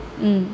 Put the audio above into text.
mm